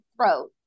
throat